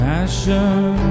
Passion